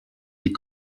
des